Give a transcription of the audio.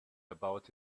about